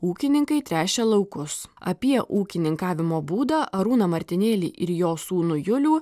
ūkininkai tręšia laukus apie ūkininkavimo būdą arūną martinėlį ir jo sūnų julių